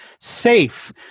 safe